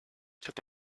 took